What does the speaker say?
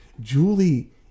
Julie